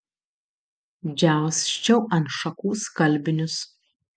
džiausčiau ant šakų skalbinius